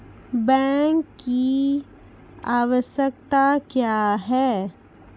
Bank की आवश्यकता क्या हैं?